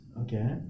Okay